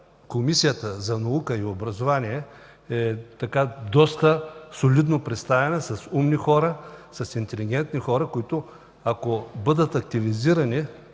Комисията за наука и образование е доста солидно представена с умни, интелигентни хора, които ако бъдат активизирани,